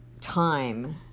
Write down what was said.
time